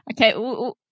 Okay